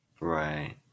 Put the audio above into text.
Right